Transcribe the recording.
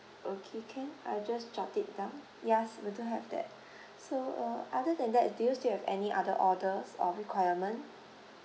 okay can I just jot it down yes we do have that so uh other than that do you still have any other orders or requirement